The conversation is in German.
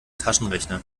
taschenrechner